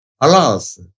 Alas